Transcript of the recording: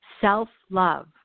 Self-love